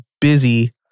busy